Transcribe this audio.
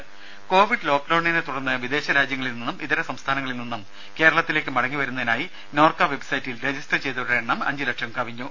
Rama covid ലോക്ഡൌണിനെ തുടർന്ന് വിദേശ രാജ്യങ്ങളിൽ നിന്നും ഇതര സംസ്ഥാനങ്ങളിൽ നിന്നും കേരളത്തിലേക്ക് മടങ്ങിവരുന്നതിനായി നോർക്ക വെബ്സൈറ്റിൽ രജിസ്റ്റർ ചെയ്തവരുടെ എണ്ണം അഞ്ചു ലക്ഷം കവിഞ്ഞു